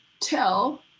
tell